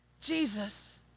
Jesus